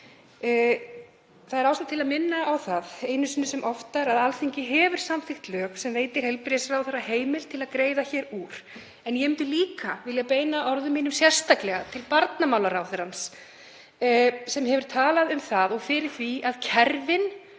Það er ástæða til að minna á það einu sinni sem oftar að Alþingi hefur samþykkt lög sem veita heilbrigðisráðherra heimild til að greiða hér úr. En ég myndi líka vilja beina orðum mínum sérstaklega til barnamálaráðherra, sem hefur talað um það og fyrir því að kerfin